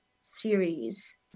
series